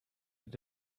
with